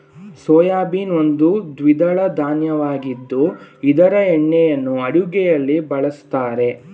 soybean ಒಂದು ದ್ವಿದಳ ಧಾನ್ಯವಾಗಿದ್ದು ಇದರ ಎಣ್ಣೆಯನ್ನು ಅಡುಗೆಯಲ್ಲಿ ಬಳ್ಸತ್ತರೆ